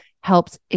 helps